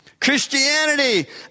Christianity